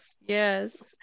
yes